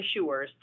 issuers